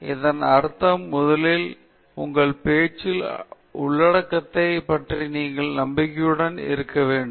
எனவே இதன் அர்த்தம் முதலில் உங்கள் பேச்சின் உள்ளடக்கத்தைப் பற்றி நீங்கள் நம்பிக்கையுடன் இருக்க வேண்டும்